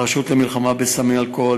הרשות למלחמה בסמים ואלכוהול,